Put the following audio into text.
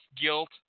guilt